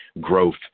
growth